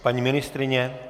Paní ministryně?